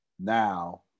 Now